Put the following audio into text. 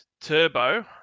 Turbo